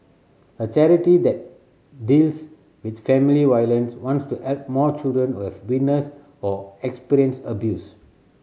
a charity that deals with family violence wants to help more children who have witnessed or experienced abuse